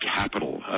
capital